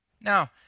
Now